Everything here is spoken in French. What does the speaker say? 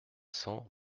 cents